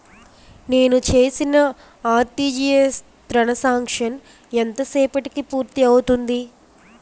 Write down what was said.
నేను చేసిన RTGS transaction ఎంత సేపటికి పూర్తి అవుతుంది?